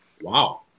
Wow